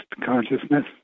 consciousness